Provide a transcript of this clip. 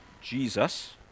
Jesus